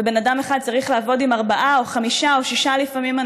ובן אדם אחד צריך לעבוד עם ארבעה או חמישה או לפעמים שישה אנשים?